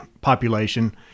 population